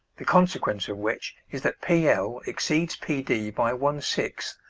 the consequence of which is that p l exceeds p d by one-sixth,